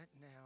now